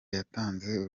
yatanze